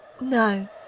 No